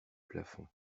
plafond